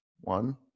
One